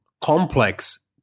complex